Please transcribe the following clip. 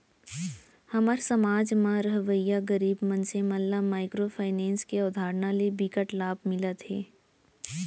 हमर समाज म रहवइया गरीब मनसे मन ल माइक्रो फाइनेंस के अवधारना ले बिकट लाभ मिलत हे